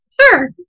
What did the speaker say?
Sure